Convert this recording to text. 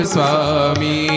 Swami